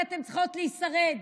כי אתן צריכות לשרוד.